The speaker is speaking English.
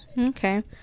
okay